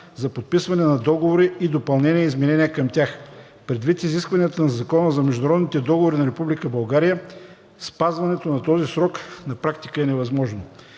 за подписване на договори и допълнения и изменения към тях. Предвид изискванията на Закона за международните договори на Република България спазването на този срок на практика е невъзможно.